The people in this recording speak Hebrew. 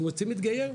אנחנו רוצים להתגייר,